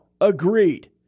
agreed